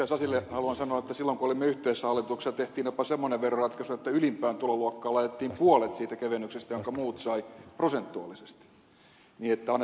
sasille haluan sanoa että annetaan oikeita todistuksia että silloin kun olimme yhteisessä hallituksessa tehtiin jopa semmoinen veroratkaisu että ylimpään tuloluokkaan laitettiin puolet siitä kevennyksestä jonka muut saivat prosentuaalisesti